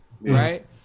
right